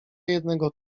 jednego